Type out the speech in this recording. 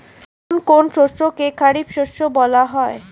কোন কোন শস্যকে খারিফ শস্য বলা হয়?